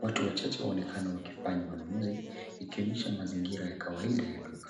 Watu wanaonekana wakifanya ununuzi ikionyesha mazingira ya kawaida ya duka.